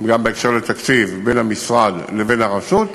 גם בהקשר לתקציב, בין המשרד לבין הרשות.